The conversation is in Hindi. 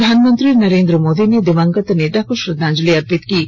प्रधानमंत्री नरेन्द्र मोदी ने दिवंगत नेता को श्रद्धांजलि अर्पित की है